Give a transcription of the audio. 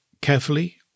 carefully